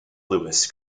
louis